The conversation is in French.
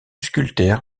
sculpteur